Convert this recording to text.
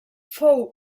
fou